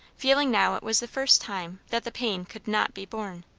feeling now it was the first time that the pain could not be borne.